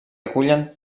acullen